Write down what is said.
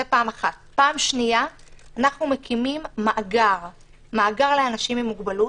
אנחנו מקימים מאגר לאנשים עם מוגבלות.